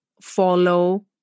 follow